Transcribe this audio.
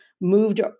moved